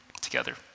together